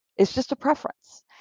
it's just a preference,